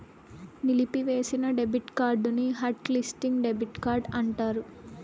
నిలిపివేసిన డెబిట్ కార్డుని hot listing debit card అంటారు